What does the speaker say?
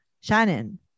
Shannon